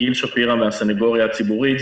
גיל שפירא, הסנגוריה הציבורית.